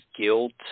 guilt